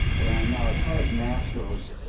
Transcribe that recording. and now, as far as masks goes,